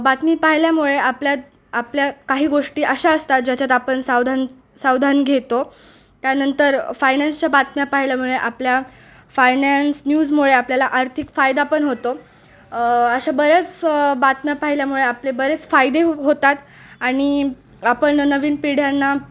बातमी पाहिल्यामुळे आपल्यात आपल्या काही गोष्टी अशा असतात ज्याच्यात आपण सावधान सावधान घेतो त्यानंतर फायनॅन्सच्या बातम्या पाहिल्यामुळे आपल्या फायनॅन्स न्यूजमुळे आपल्याला आर्थिक फायदा पण होतो अशा बऱ्याच बातम्या पाहिल्यामुळे आपले बरेच फायदे होतात आणि आपण नवीन पिढ्यांना